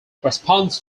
response